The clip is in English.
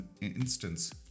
instance